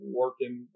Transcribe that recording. working